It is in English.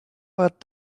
what